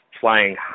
flying